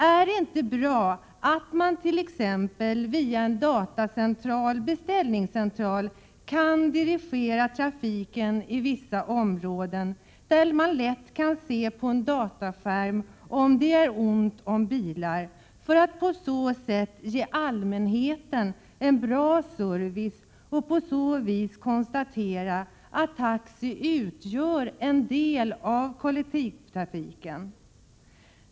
Är det inte bra att man t.ex. via en datacentral/beställningscentral kan dirigera trafiken i vissa områden, där man på en dataskärm lätt kan se om det är ont om bilar, för att på så sätt ge allmänheten en bra service och på så vis konstatera att taxi utgör en del av kollektivtrafiken?